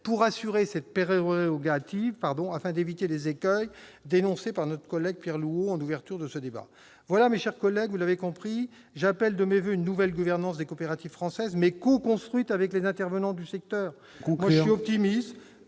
pour assurer cette prérogative, afin d'éviter les écueils dénoncés par notre collègue Pierre Louault en ouverture de ce débat ? Mes chers collègues, vous l'aurez compris, j'appelle de mes voeux une nouvelle gouvernance des coopératives françaises, mais coconstruite avec les intervenants du secteur. Il faut conclure,